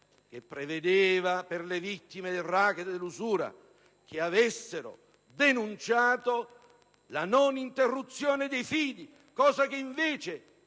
che prevedeva, per le vittime del racket e dell'usura che avessero denunciato, la non interruzione dei fidi, cosa che invece